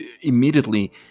immediately